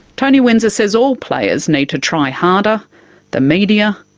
tony windsor says all players need to try harder the media,